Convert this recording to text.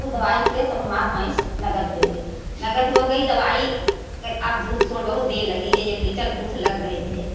उ दवाई किये ता हमारी भैंस नगद होई गई नगद होई गई त दवाई और दूध थोड़ बहुत देन लगी है एक लीटर दूध लग रही है